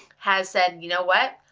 has said, you know what,